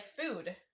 food